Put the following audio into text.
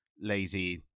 lazy